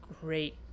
great